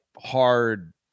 hard